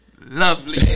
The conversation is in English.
Lovely